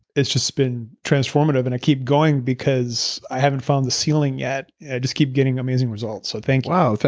it's just been transformative, and i keep going because i haven't found the ceiling yet. i just keep getting amazing results. so thank you wow.